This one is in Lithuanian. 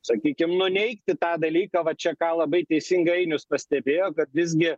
sakykim nuneigti tą dalyką va čia ką labai teisingai ainius pastebėjo kad visgi